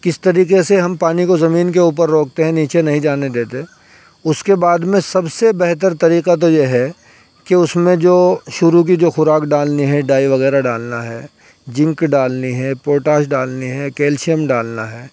کس طریقے سے ہم پانی کو زمین کے اوپر روکتے ہیں نیچے نہیں جانے دیتے اس کے بعد میں سب سے بہتر طریقہ تو ہے کہ اس میں جو شروع کی جو خوراک ڈالنی ہے ڈائی وغیرہ ڈالنا ہے جینک ڈالنی ہے پوٹاس ڈالنی ہے کیلشیم ڈالنا ہے